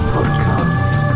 Podcast